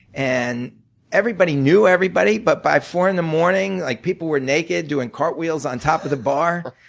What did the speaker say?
and everybody knew everybody but by four in the morning, like people were naked doing cartwheels on top of the bar.